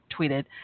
tweeted